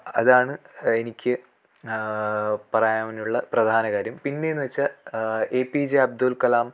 അതാണ് എനിക്ക് പറയാനുള്ള പ്രധാന കാര്യം പിന്നെയെന്ന് വെച്ചാൽ A P J Abdul Kalam